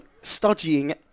studying